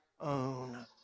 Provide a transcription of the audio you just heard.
own